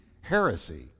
heresy